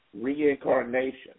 reincarnation